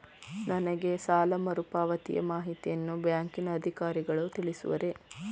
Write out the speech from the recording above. ನನಗೆ ಸಾಲ ಮರುಪಾವತಿಯ ಮಾಹಿತಿಯನ್ನು ಬ್ಯಾಂಕಿನ ಅಧಿಕಾರಿಗಳು ತಿಳಿಸುವರೇ?